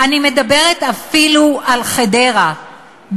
אני מדברת אפילו על חדרה,